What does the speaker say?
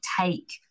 take